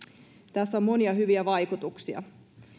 tässä on monia hyviä vaikutuksia